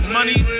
money